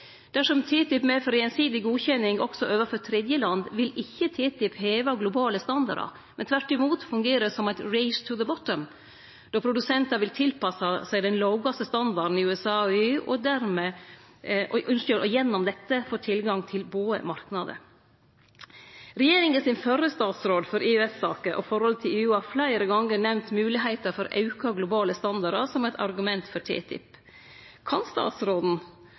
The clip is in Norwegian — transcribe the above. vil ikkje TTIP heve globale standardar, men tvert imot fungere som eit «race to the bottom», då produsentar vil tilpasse seg den lågaste standarden i USA eller EU og gjennom dette få tilgang til båe marknader. Regjeringa sin førre statsråd for EØS-saker og forholdet til EU har fleire gonger nemnt moglegheita for auka globale standardar som eit argument for TTIP. Kan statsråden